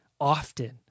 often